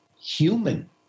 human